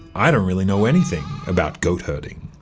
i don't really know anything about goat-herding